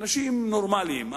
אנשים נורמליים,